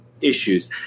issues